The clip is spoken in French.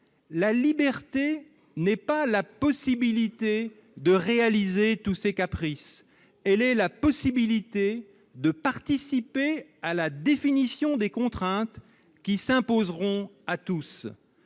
La liberté n'est pas la possibilité de réaliser tous ses caprices ; elle est la possibilité de participer à la définition des contraintes qui s'imposeront à tous.